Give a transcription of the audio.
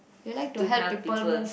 you like to help people move